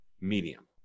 medium